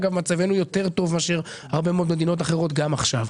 אבל מצבנו יותר טוב מאשר הרבה מאוד מדינות גם עכשיו.